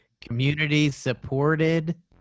community-supported